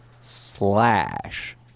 slash